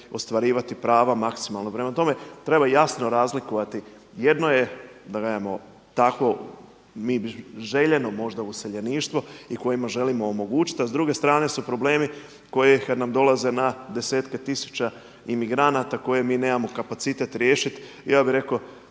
ostvarivati prava maksimalno. Prema tome, treba jasno razlikovati jedno je da kažemo takvo željeno useljeništvo i kojima želimo omogućiti, a s druge strane su problemi koji kad nam dolaze na desetke tisuća imigranata koje mi nemamo kapacitet riješiti ja bih rekao